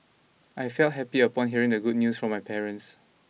I felt happy upon hearing the good news from my parents